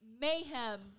Mayhem